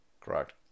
Correct